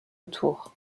autour